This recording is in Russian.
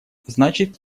значит